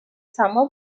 summer